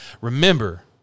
Remember